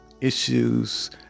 issues